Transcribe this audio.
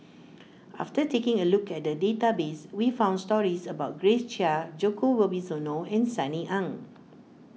after taking a look at the database we found stories about Grace Chia Djoko Wibisono and Sunny Ang